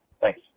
Thanks